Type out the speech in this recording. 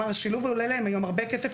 השילוב עולה להם היום הרבה כסף,